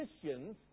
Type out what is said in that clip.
Christians